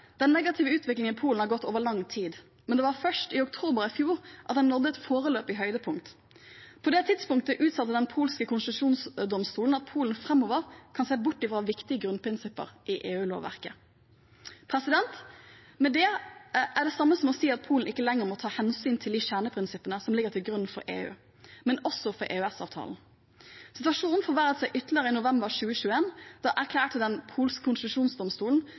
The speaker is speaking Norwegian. Den negative utviklingen i Polen har gått over lang tid, men det var først i oktober i fjor at den nådde et foreløpig høydepunkt. På det tidspunktet uttalte den polske konstitusjonsdomstolen at Polen framover kan se bort fra viktige grunnprinsipper i EU-lovverket. Det er det samme som å si at Polen ikke lenger må ta hensyn til de kjerneprinsippene som ligger til grunn for EU, men også for EØS-avtalen. Situasjonen forverret seg ytterligere i november 2021. Da erklærte den